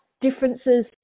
differences